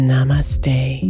Namaste